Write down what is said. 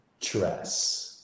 dress